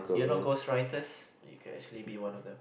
you know ghost writers you can actually be one of them